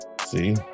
See